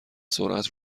سرعت